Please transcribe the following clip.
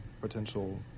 potential